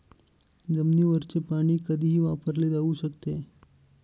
जमिनीवरचे पाणी कधीही वापरले जाऊ शकते